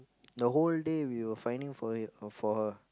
the whole day we were finding for it uh for her